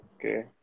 Okay